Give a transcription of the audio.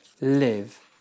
live